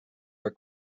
for